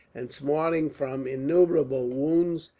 and smarting from innumerable wounds,